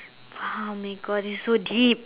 !wow! oh my god this is so deep